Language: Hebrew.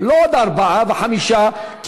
לא עוד ארבעה וחמישה,